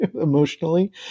emotionally